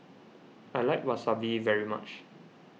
I like Wasabi very much